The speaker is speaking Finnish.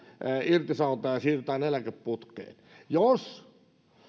irtisanotaan ja siirretään eläkeputkeen jos